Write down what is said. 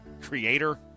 creator